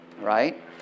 right